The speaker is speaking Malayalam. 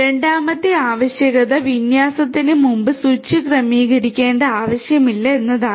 രണ്ടാമത്തെ ആവശ്യകത വിന്യാസത്തിന് മുമ്പ് സ്വിച്ച് ക്രമീകരിക്കേണ്ട ആവശ്യമില്ല എന്നതാണ്